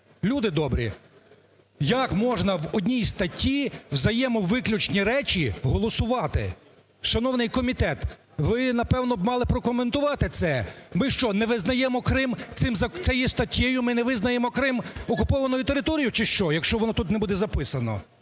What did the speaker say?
Люди добрі, як можна в одній статті взаємовиключні речі голосувати? Шановний комітет, ви, напевно б, мали прокоментувати це. Ми що не визнаємо Крим, цією статтею, ми не визнаємо Крим окупованою територією, чи що, якщо воно тут не буде записано?